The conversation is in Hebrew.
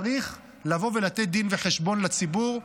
צריך לבוא ולתת דין וחשבון לציבור,